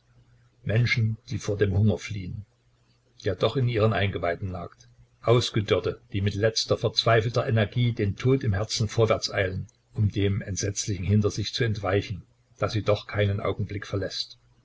menschen die vor dem hunger fliehen der doch in ihren eingeweiden nagt ausgedörrte die mit letzter verzweifelter energie den tod im herzen vorwärts eilen um dem entsetzlichen hinter sich zu entweichen das sie doch keinen augenblick verläßt